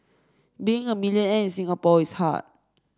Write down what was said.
being a millionaire in Singapore is hard